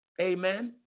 Amen